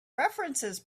references